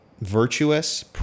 virtuous